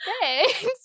Thanks